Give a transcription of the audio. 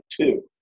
two